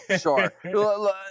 sure